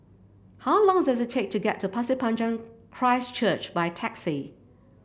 how long does it take to get to Pasir Panjang Christ Church by taxi